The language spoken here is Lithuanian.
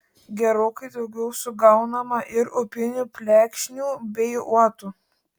gerokai daugiau sugaunama ir upinių plekšnių bei uotų